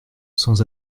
sans